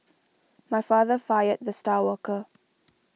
my father fired the star worker